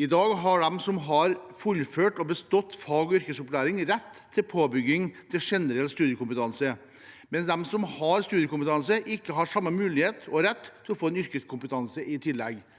I dag har de som har fullført og bestått fag- og yrkesopplæring, rett til påbygging til generell studiekompetanse, mens de som har studiekompetanse, ikke har samme mulighet og rett til å få en yrkeskompetanse i tillegg.